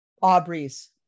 Aubrey's